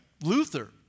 Luther